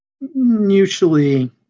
mutually